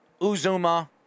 Uzuma